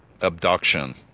Abduction